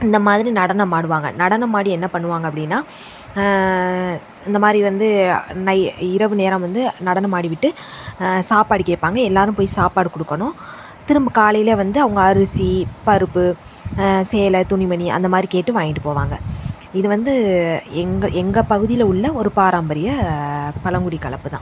இந்த மாதிரி நடனமாடுவாங்க நடனமாடி என்ன பண்ணுவாங்க அப்படின்னா இந்த மாதிரி வந்து நை இரவு நேரம் வந்து நடனமாடிவிட்டு சாப்பாடு கேட்பாங்க எல்லாரும் போய் சாப்பாடு கொடுக்கணும் திரும்ப காலையில் வந்து அவங்க அரிசி பருப்பு சேலை துணி மணி அந்த மாதிரி கேட்டு வாங்கிகிட்டு போவாங்க இது வந்து எங்கள் எங்கள் பகுதியில் உள்ள ஒரு பாரம்பரியம் பழங்குடி கலப்பு தான்